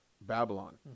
Babylon